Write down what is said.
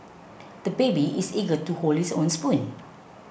the baby is eager to hold his own spoon